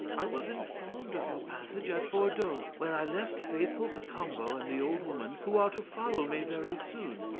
i was informed of your passage at bordeaux, where i left faithful cacambo and the old woman, who are to follow me very soon.